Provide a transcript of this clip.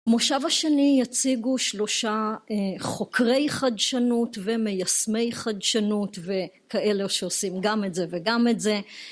מושב השני יציגו שלושה חוקרי חדשנות, ומיישמי חדשנות, וכאלה שעושים גם את זה וגם את זה.